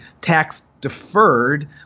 tax-deferred